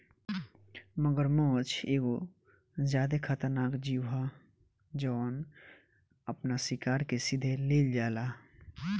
मगरमच्छ एगो ज्यादे खतरनाक जिऊ ह जवन आपना शिकार के सीधे लिल जाला